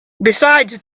besides